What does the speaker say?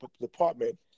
department